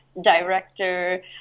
director